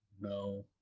No